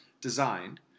designed